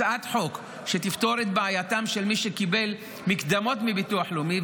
הצעת חוק שתפתור את בעייתם של מי שקיבלו מקדמות מביטוח לאומי,